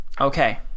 Okay